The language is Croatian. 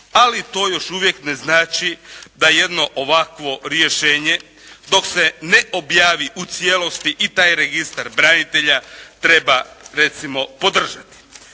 ali to još uvijek ne znači da jedno ovakvo rješenje dok se ne objavi u cijelosti i taj registar branitelja treba recimo podržati.